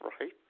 right